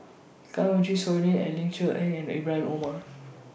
Kanwaljit Soin Ling and Ling Cher Eng and Ibra Omar